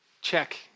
check